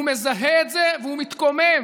הוא מזהה את זה והוא מתקומם,